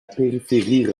périphérie